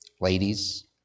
Ladies